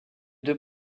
deux